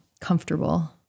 comfortable